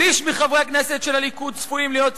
"שליש מחברי הכנסת של הליכוד צפויים להיות צעירים,